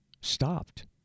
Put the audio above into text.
stopped